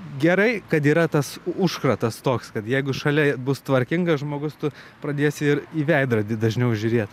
gerai kad yra tas užkratas toks kad jeigu šalia bus tvarkingas žmogus tu pradėsi ir į veidrodį dažniau žiūrėt